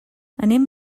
anem